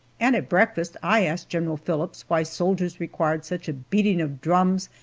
and at breakfast i asked general phillips why soldiers required such a beating of drums,